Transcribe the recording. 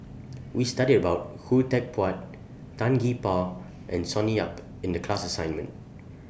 We studied about Khoo Teck Puat Tan Gee Paw and Sonny Yap in The class assignment